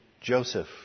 Joseph